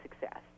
success